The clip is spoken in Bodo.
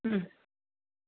उम